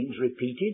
repeated